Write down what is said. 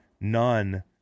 none